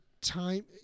time